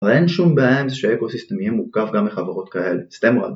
ואין שום בעיה עם זה שאקוסיסטם יהיה מורכב גם מחברות כאלה,